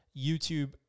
YouTube